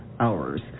hours